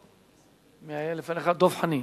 אחד נמנע.